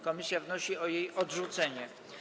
Komisja wnosi o jej odrzucenie.